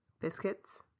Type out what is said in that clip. Biscuits